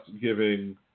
giving